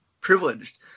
privileged